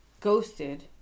Ghosted